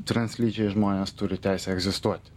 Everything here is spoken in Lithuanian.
translyčiai žmonės turi teisę egzistuoti